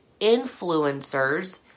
influencers